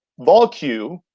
VolQ